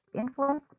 influence